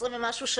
20 משהו ומשהו,